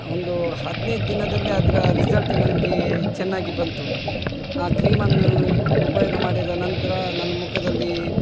ಒಂದು ಹದಿನೈದು ದಿನದಲ್ಲಿ ಅದರ ರಿಸಲ್ಟ್ ನನಗೆ ಚೆನ್ನಾಗಿ ಬಂತು ಆ ಕ್ರೀಮನ್ನು ಉಪಯೋಗ ಮಾಡಿದ ನಂತರ ನನ್ನ ಮುಖದಲ್ಲಿ